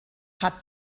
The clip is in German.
hat